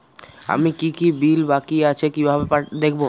আমার কি কি বিল বাকী আছে কিভাবে দেখবো?